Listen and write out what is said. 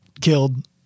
killed